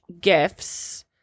gifts